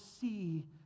see